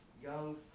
young